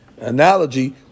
analogy